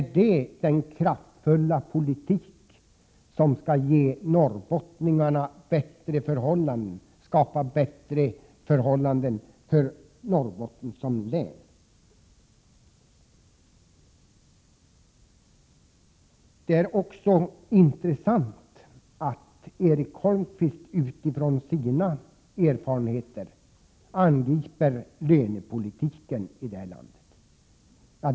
Är detta den kraftfulla politik som skall ge norrbottningarna bättre förhållanden och skapa bättre förutsättningar för Norrbottens län? Det är också intressant att Erik Holmkvist utifrån sina erfarenheter angriper lönepolitiken i detta land.